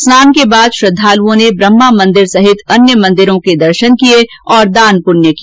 स्नान के बाद श्रद्धालुओं ने ब्रहमा मंदिर सहित अन्य मंदिरों के दर्शन किए और दान पुण्य किया